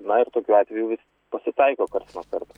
na ir tokių atvejų vis pasitaiko karts nuo karto